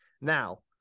Now